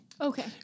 Okay